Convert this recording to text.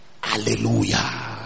Hallelujah